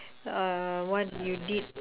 uh what you did